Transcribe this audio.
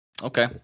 Okay